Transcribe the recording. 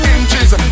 Inches